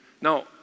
Now